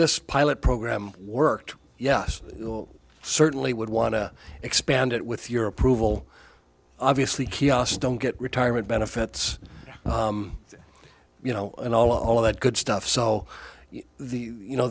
this pilot program worked yes i certainly would want to expand it with your approval obviously kiosks don't get retirement benefits you know and all that good stuff so the you